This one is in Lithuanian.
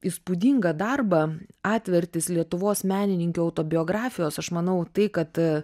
įspūdingą darbą atvertys lietuvos menininkių autobiografijos aš manau tai kad